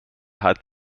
hat